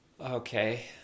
Okay